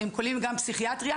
שכוללים גם פסיכיאטריה,